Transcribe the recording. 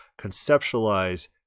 conceptualize